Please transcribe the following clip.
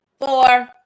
four